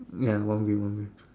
ya one wheel one wheel